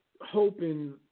Hoping